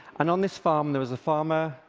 and on this farm there was the farmer,